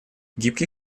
гибкий